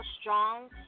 strong